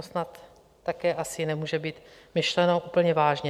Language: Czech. To snad také asi nemůže být myšleno úplně vážně.